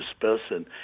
person